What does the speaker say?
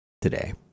today